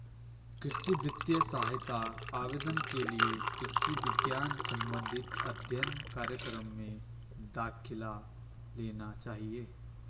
कृषि वित्तीय सहायता आवेदन के लिए कृषि विज्ञान संबंधित अध्ययन कार्यक्रम में दाखिला लेना चाहिए